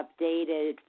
updated